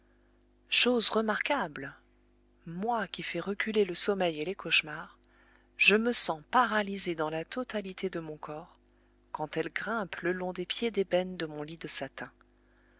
chose remarquable moi qui fais reculer le sommeil et les cauchemars je me sens paralysé dans la totalité de mon corps quand elle grimpe le long des pieds d'ébène de mon lit de satin